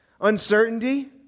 Uncertainty